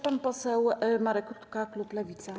Pan poseł Marek Rutka, klub Lewica.